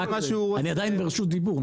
אני עדיין ברשות דיבור,